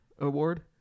award